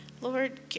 Lord